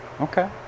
okay